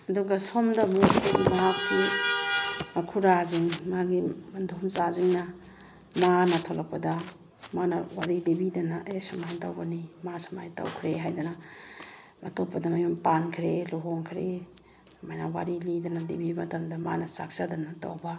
ꯑꯗꯨꯒ ꯁꯣꯝꯗ ꯑꯃꯨꯛ ꯃꯍꯥꯛꯀꯤ ꯃꯈꯨꯔꯥꯁꯤꯡ ꯃꯥꯒꯤ ꯃꯗꯣꯝꯆꯥꯁꯤꯡꯅ ꯃꯥꯅ ꯊꯣꯂꯛꯄꯗ ꯃꯥꯅ ꯋꯥꯔꯤ ꯂꯤꯕꯤꯗꯅ ꯑꯦ ꯁꯨꯃꯥꯏꯅ ꯇꯧꯕꯅꯤ ꯃꯥ ꯁꯨꯃꯥꯏꯅ ꯇꯧꯈ꯭ꯔꯦ ꯍꯥꯏꯗꯅ ꯑꯇꯣꯞꯄꯗ ꯃꯌꯨꯝ ꯄꯥꯟꯈ꯭ꯔꯦ ꯂꯨꯍꯣꯡꯈ꯭ꯔꯦ ꯁꯨꯃꯥꯏꯅ ꯋꯥꯔꯤ ꯂꯤꯗꯅ ꯂꯤꯕꯤꯕ ꯃꯇꯝꯗ ꯃꯥꯅ ꯆꯥꯛꯆꯗꯅ ꯇꯧꯕ